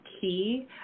key